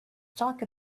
talk